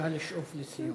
נא לשאוף לסיום.